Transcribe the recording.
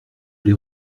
les